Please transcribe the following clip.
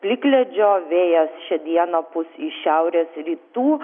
plikledžio vėjas šią dieną pūs iš šiaurės rytų